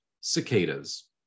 cicadas